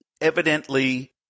evidently